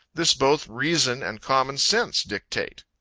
this both reason and common sense dictate.